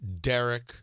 Derek